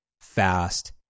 fast